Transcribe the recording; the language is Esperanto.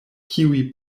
kiuj